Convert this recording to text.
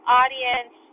audience